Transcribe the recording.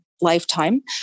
lifetime